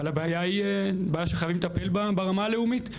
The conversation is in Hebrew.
אבל הבעיה היא בעיה חייבים לטפל בה ברמה הלאומית.